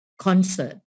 Concert